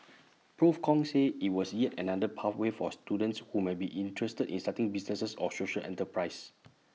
Prof Kong said IT was yet another pathway for students who may be interested in starting businesses or social enterprises